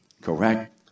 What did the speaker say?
Correct